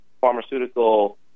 pharmaceutical